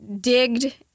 digged